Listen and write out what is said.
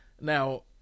Now